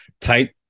tight